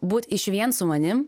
būt išvien su manim